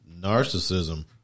narcissism